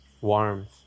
warmth